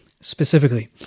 specifically